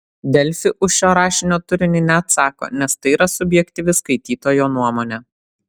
delfi už šio rašinio turinį neatsako nes tai yra subjektyvi skaitytojo nuomonė